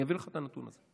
אני אביא לך את הנתון הזה.